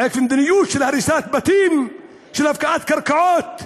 עקב מדיניות של הריסת בתים, של הפקעת קרקעות,